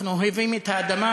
אנחנו אוהבים את האדמה,